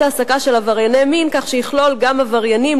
העסקה של עברייני מין כך שיכלול גם עבריינים,